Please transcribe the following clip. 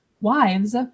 wives